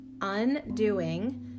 undoing